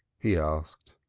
he asked.